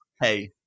hey